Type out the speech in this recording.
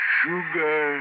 sugar